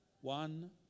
one